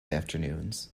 afternoons